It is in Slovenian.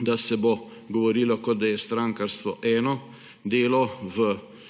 da se bo govorilo, kot da je strankarstvo eno, delo v